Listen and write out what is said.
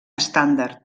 estàndard